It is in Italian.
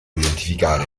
identificare